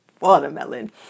watermelon